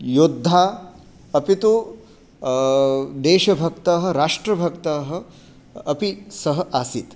योद्धा अपितु देशभक्तः राष्ट्रभक्तः अपि सः आसीत्